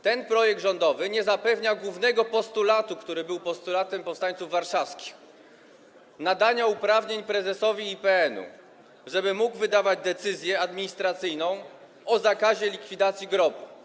Ten projekt rządowy nie zapewniał realizacji głównego postulatu, który był postulatem powstańców warszawskich: nadania uprawnień prezesowi IPN-u, żeby mógł wydawać decyzję administracyjną o zakazie likwidacji grobu.